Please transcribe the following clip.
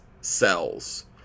cells